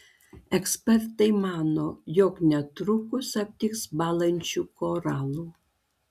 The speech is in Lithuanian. ekspertai mano jog netrukus aptiks bąlančių koralų